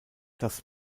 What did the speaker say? das